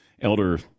Elder